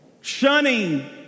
shunning